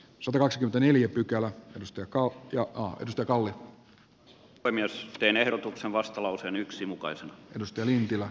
sucros neljä pykälää edusti kokkia josta kalle paimiossa teen ehdotuksen vastalauseen yksi mukaisen edusti elintila